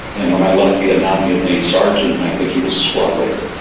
and when i left vietnam, he had made sergeant and i think he was a squad leader.